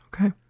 Okay